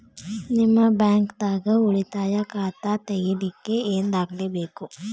ನಿಮ್ಮ ಬ್ಯಾಂಕ್ ದಾಗ್ ಉಳಿತಾಯ ಖಾತಾ ತೆಗಿಲಿಕ್ಕೆ ಏನ್ ದಾಖಲೆ ಬೇಕು?